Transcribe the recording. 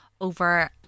over